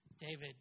David